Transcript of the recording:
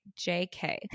JK